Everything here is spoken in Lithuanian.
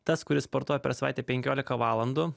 tas kuris sportuoja per savaitę penkiolika valandų